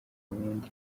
wundi